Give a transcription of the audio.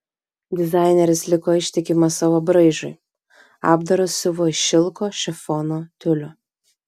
dizaineris liko ištikimas savo braižui apdarus siuvo iš šilko šifono tiulio